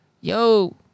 yo